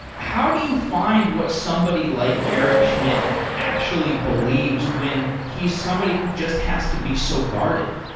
how do you find what somebody like eric schmidt actually believes when he's somebody who just has to be so guarded?